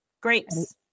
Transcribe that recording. Grapes